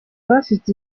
bafite